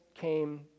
came